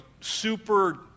super